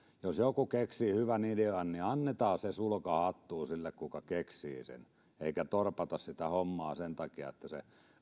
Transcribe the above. joku keksii hyvän idean niin annetaan se sulka hattuun sille kuka keksii sen eikä torpata sitä hommaa sen takia että se